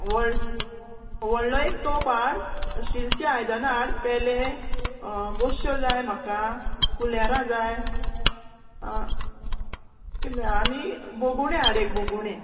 व्हड व्हडलो एक तोप हाड स्टिलचें आयदनां हाड पेले बोश्यो जाय म्हाका कुलेरां जाय आनी बोगुणें हाड एक बोगुणें